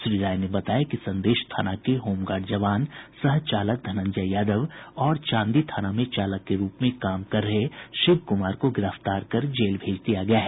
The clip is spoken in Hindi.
श्री राय ने बताया कि संदेश थाना के होमगार्ड जवान सह चालक धनंजय यादव और चांदी थाना में चालक के रूप में काम कर रहे शिव कुमार को गिरफ्तार कर जेल भेज दिया गया है